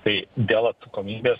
tai dėl atsakomybės